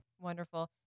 Wonderful